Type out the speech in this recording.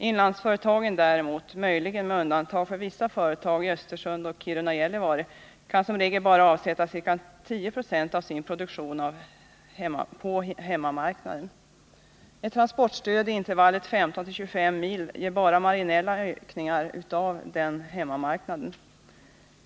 Inlandsföretagen däremot — möjligen med undantag för vissa företag i Östersund och Kiruna-Gällivare — kan som regel bara avsätta ca 10 96 av sin produktion på hemmamarknaden. Ett transportstöd i intervallen 15-25 mil ger bara marginella ökningar av denna ”hemmamarknad”.